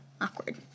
awkward